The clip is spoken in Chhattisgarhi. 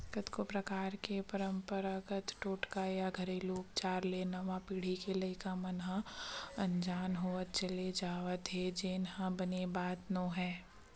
कतको परकार के पंरपरागत टोटका या घेरलू उपचार ले नवा पीढ़ी के लइका मन ह अनजान होवत चले जावत हे जेन ह बने बात नोहय